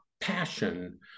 passion